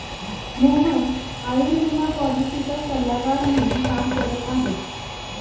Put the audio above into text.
मोहन आयुर्विमा पॉलिसीचा सल्लागार म्हणून काम करत आहे